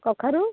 କଖାରୁ